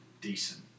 decent